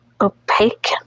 opaque